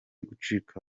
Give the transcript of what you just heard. gucika